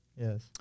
Yes